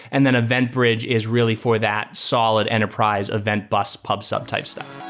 and then eventbridge is really for that solid enterprise event bus pub subtype stuff.